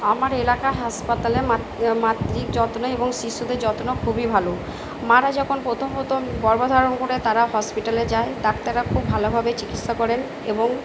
আমার এলাকা হাসপাতালের মাতৃযত্ন এবং শিশুদের যত্ন খুবই ভালো মারা যখন প্রথম প্রথম গর্ভধারণ করে তারা হসপিটালে যায় ডাক্তাররা খুব ভালোভাবে চিকিৎসা করেন এবং